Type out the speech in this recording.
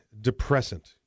depressant